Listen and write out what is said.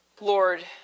Lord